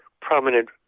prominent